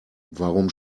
warum